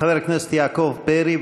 חבר הכנסת יעקב פרי,